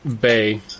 bay